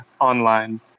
online